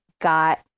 got